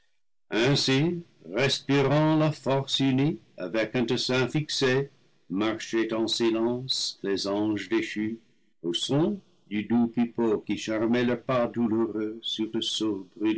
respirant la force unie avec un dessein fixé marchaient en silence les anges déchus au son du doux pipeau qui charmait leurs pas douloureux sur